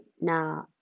now